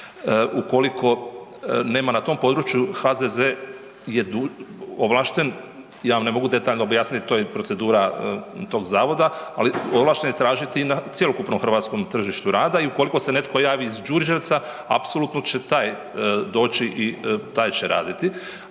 Ukoliko nema na tom području, HZZ je .../nerazumljivo/... ovlašten, ja vam ne mogu detaljno objasniti, to je procedura tog Zavoda, ali ovlašten je tražiti na cjelokupnom hrvatskom tržištu rada i ukoliko se netko javi iz Đurđevca, apsolutno će taj doći i taj će raditi.